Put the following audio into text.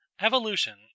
Evolution